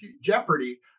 Jeopardy